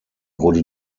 wurde